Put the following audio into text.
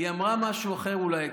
היא אמרה משהו אחר אולי.